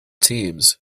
teams